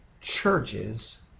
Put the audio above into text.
churches